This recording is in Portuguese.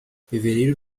fevereiro